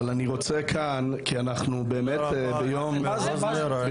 אבל אני רוצה כאן כי אנחנו באמת ביום קשה.